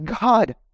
God